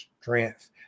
strength